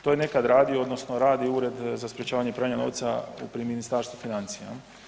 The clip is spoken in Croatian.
To je nekad radio odnosno radi Ured za sprječavanje pranja novca pri Ministarstvu financija.